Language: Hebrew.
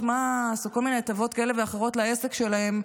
מס או כל מיני הטבות מס כאלה ואחרות לעסק שלהם,